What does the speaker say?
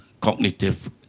Cognitive